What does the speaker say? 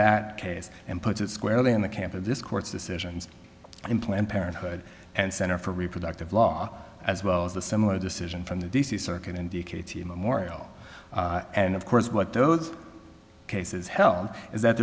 that case and put it squarely in the camp of this court's decisions in planned parenthood and center for reproductive law as well as a similar decision from the d c circuit indicates the memorial and of course what those cases held is that